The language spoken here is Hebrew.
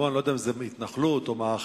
אני לא יודע אם טלמון זה התנחלות או מאחז,